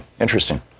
interesting